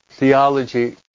Theology